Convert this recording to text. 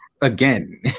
Again